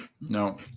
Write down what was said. No